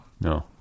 No